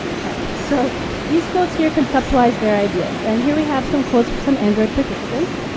okay. so these quotes here conceptualize their ideas. and here we have some quotes from some android participants.